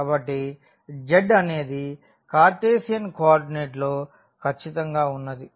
కాబట్టి z అనేది cartesian కోఆర్డినేట్లో ఖచ్చితంగా ఉన్నది